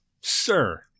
sir